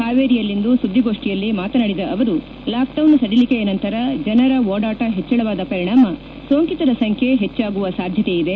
ಹಾವೇರಿಯಲ್ಲಿಂದು ಸುದ್ದಿಗೋಷ್ಠಿಯಲ್ಲಿ ಮಾತನಾಡಿದ ಅವರು ಲಾಕ್ ಡೌನ್ ಸಡಿಲಿಕೆಯ ನಂತರ ಜನರ ಓಡಾಟ ಹೆಚ್ಚಳವಾದ ಪರಿಣಾಮ ಸೋಂಕಿತರ ಸಂಖ್ಯೆ ಹೆಚ್ಚಾಗುವ ಸಾಧ್ಯತೆ ಇದೆ